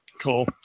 Cool